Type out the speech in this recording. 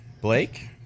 Blake